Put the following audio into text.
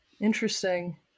Interesting